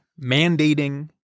mandating